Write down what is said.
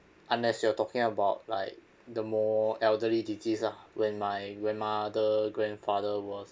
unless you're talking about like the more elderly disease lah when my grandmother grandfather was